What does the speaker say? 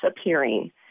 appearing